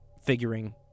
figuring